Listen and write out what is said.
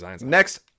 Next